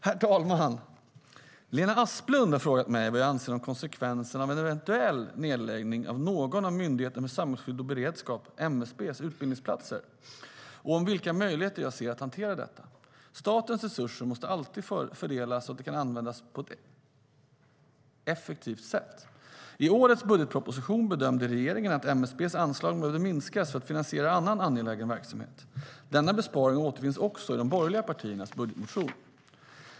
Herr talman! Lena Asplund har frågat mig vad jag anser om konsekvenserna av en eventuell nedläggning av någon av Myndigheten för samhällsskydd och beredskaps, MSB:s, utbildningsplatser och vilka möjligheter jag ser att hantera detta. Statens resurser måste alltid fördelas så att de kan användas på ett effektivt sätt. I årets budgetproposition bedömde regeringen att MSB:s anslag behövde minskas för att finansiera annan angelägen verksamhet. Denna besparing återfinns också i de borgerliga partiernas budgetmotion.